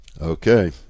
okay